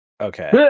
okay